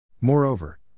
Moreover